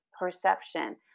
perception